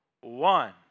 one